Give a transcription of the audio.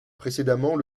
précédemment